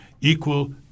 equal